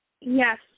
Yes